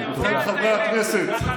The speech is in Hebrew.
חבר הכנסת הנדל, אתה פופוליסט ואתה יודע את האמת.